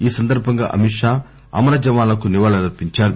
ఈ సందర్బంగా అమిత్ షా అమర జవాన్లకు నివాళులర్పించారు